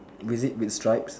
with it with stripes